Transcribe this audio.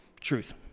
Truth